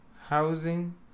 housing